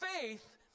faith